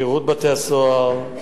שירות בתי-הסוהר,